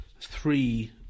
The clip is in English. three